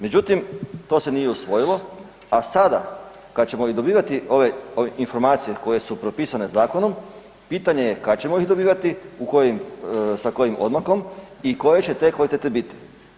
Međutim, to se nije usvojilo a sada kad ćemo i dobivate ove informacije koje su propisane zakonom, pitanje je kad ćemo ih dobivati, sa kojim odmakom i koje će te kvalitete biti.